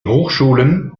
hochschulen